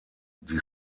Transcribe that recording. die